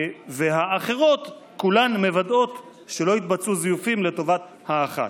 והאחרות כולן מוודאות שלא יתבצעו זיופים לטובת האחת.